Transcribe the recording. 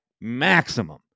maximum